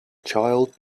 child